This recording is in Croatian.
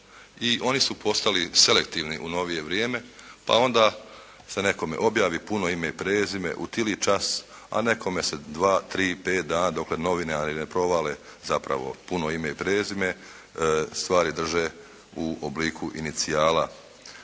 i oni su postali selektivni u novije vrijeme pa onda se nekome objavi puno ime i prezime u tili čas, a nekome se dva-tri i pet dana dokle novine ne provale zapravo puno ime i prezime, stvari drže u obliku inicijala